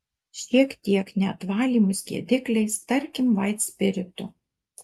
šiek tiek net valymui skiedikliais tarkim vaitspiritu